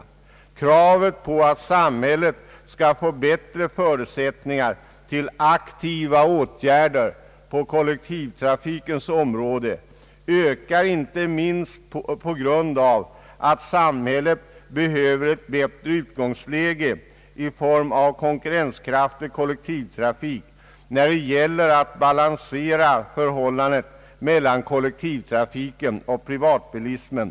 Kravet på att samhället skall få bättre förutsättningar till aktiva åtgärder på kollektivtrafikens område ökar inte minst genom att samhället behöver ett bättre utgångsläge i form av konkurrenskraftig kollektivtrafik när det gäl ler att balansera förhållandet mellan kollektivtrafiken och = privatbilismen.